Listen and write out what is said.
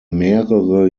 mehrere